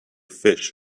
fish